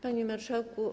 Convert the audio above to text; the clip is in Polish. Panie Marszałku!